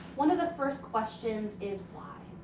one of the first questions is why?